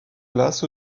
glace